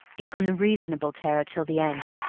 in unreasonable terror till the end.